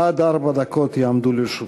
עד ארבע דקות יעמדו לרשותך.